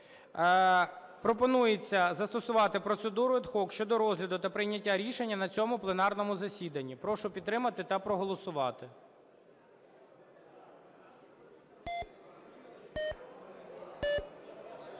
Пропонується застосувати процедуру ad hoc щодо розгляду та прийняття рішення на цьому пленарному засіданні. Прошу підтримати та проголосувати.